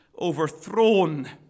overthrown